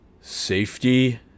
safety